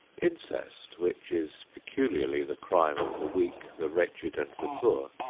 incest, which is peculiarly the crime of the weak, the wretched and the poor,